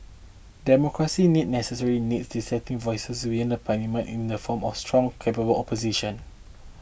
democracy needs necessarily needs dissenting voices within Parliament in the form of a strong capable opposition